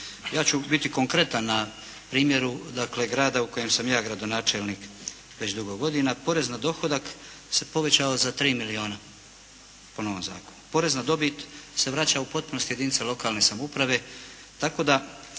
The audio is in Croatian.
Ja ću biti konkretan na primjeru dakle grada u kojem sam ja gradonačelnik već dugo godina. Porez na dohodak se povećao za 3 milijuna po novom zakonu. Porez na dobit se vraća u potpunosti u jedinice lokalne samouprave tako da